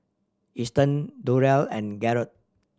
Easton Durrell and Garrett